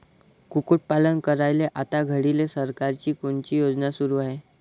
कुक्कुटपालन करायले आता घडीले सरकारची कोनची योजना सुरू हाये का?